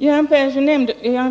Göran